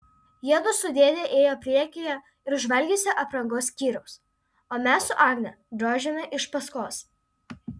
jiedu su dėde ėjo priekyje ir žvalgėsi aprangos skyriaus o mes su agne drožėme iš paskos